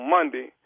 Monday